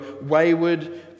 wayward